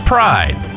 Pride